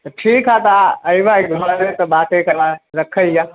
तऽ ठीक हइ तऽ अएबै घरे तऽ बाते करबऽ रखै हिअऽ